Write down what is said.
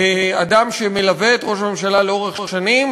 אדם שמלווה את ראש הממשלה לאורך שנים,